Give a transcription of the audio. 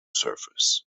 service